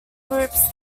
groups